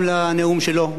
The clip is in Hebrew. הוא ייתן לך רעיונות.